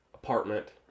apartment